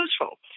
useful